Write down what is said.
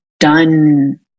done